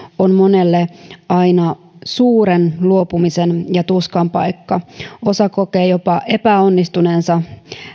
on monelle aina suuren luopumisen ja tuskan paikka osa kokee jopa epäonnistuneensa